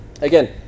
Again